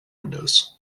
windows